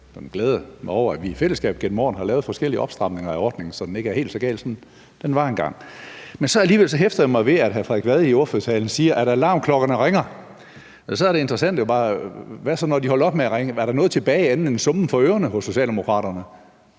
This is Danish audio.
da glæde mig over, at vi i fællesskab gennem årene har lavet forskellige opstramninger af ordningen, så den ikke er helt så gal, som den var engang. Men så hæfter jeg mig alligevel ved, at hr. Frederik Vad i ordførertalen siger, at alarmklokkerne ringer. Så er det interessante jo bare: Hvad så, når de er holdt op med at ringe? Er der noget tilbage andet end en summen for ørerne hos Socialdemokraterne?